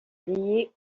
lié